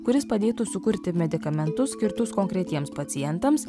kuris padėtų sukurti medikamentus skirtus konkretiems pacientams